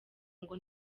ngo